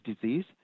disease